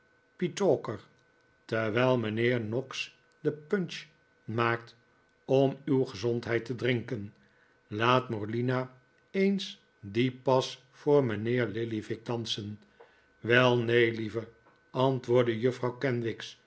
petowker terwijl mijnheer noggs die punch maakt om uw gezondheid te drinken laat morlina eens dien pas voor mijnheer lillyvick dansen wel neen lieve antwoordde juffrouw kenwigs